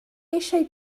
eisiau